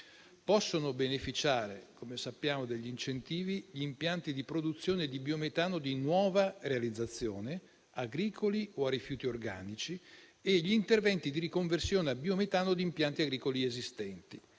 Possono beneficiare degli incentivi gli impianti di produzione di biometano di nuova realizzazione, agricoli o a rifiuti organici, e gli interventi di riconversione a biometano di impianti agricoli esistenti.